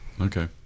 okay